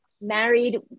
married